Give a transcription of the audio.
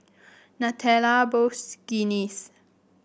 Nutella Bosch Guinness